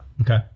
Okay